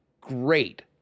great